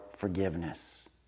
forgiveness